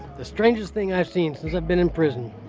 the strangest thing i've seen since i've been in prison,